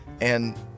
and-